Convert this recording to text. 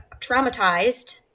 traumatized